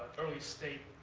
early state,